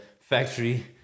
factory